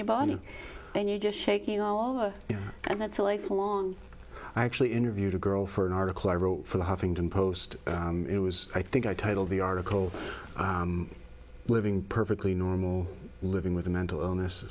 your body and you're just shaking all over and that's a lifelong i actually interviewed a girl for an article i wrote for the huffington post and it was i think i titled the article living perfectly normal living with a mental illness